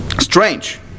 Strange